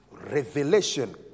Revelation